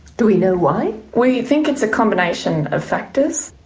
do we know why? we think it's a combination of factors,